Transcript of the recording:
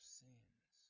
sins